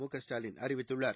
மு க ஸ்டாலின் அறிவித்துள்ளார்